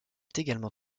également